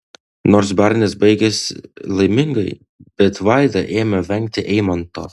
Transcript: nors barnis baigėsi laimingai bet vaida ėmė vengti eimanto